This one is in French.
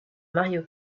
mario